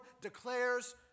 declares